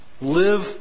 live